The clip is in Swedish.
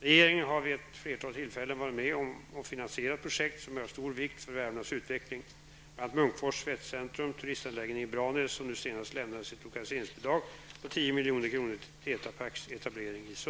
Regeringen har vid ett flertal tillfällen varit med och finansierat projekt som är av stor vikt för Värmlands utveckling, bl.a. Munkfors Svetscentrum och turistanläggningen i Branäs, och nu senast lämnades ett lokaliseringsbidrag på 10